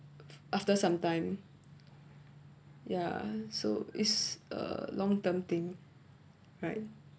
after sometime ya so it's a long term thing right